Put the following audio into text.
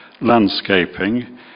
landscaping